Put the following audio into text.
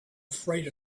afraid